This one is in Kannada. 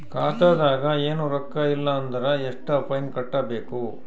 ಖಾತಾದಾಗ ಏನು ರೊಕ್ಕ ಇಲ್ಲ ಅಂದರ ಎಷ್ಟ ಫೈನ್ ಕಟ್ಟಬೇಕು?